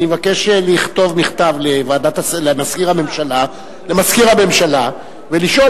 אני מבקש לכתוב מכתב למזכיר הממשלה ולשאול